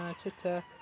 Twitter